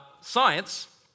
science